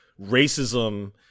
racism